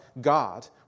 God